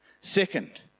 Second